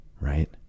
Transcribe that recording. right